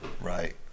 right